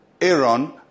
Aaron